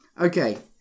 Okay